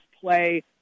play